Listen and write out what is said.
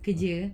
kerja